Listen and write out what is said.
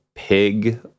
pig